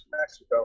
Mexico